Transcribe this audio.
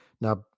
Now